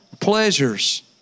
pleasures